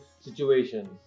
situation